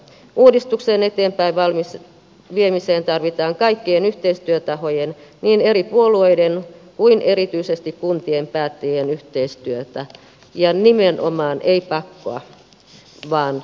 uudistuksen eteenpäinviemiseen tarvitaan kaikkien yhteistyötahojen niin eri puolueiden kuin erityisesti kuntien päättäjien yhteistyötä ja nimenomaan ei pakkoa vaan vapaaehtoisuutta